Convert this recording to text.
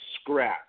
scratch